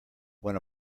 when